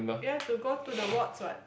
you have to go to the wards what